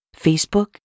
Facebook